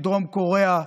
מדרום קוריאה,